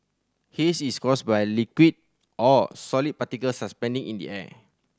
haze is caused by liquid or solid particles suspending in the air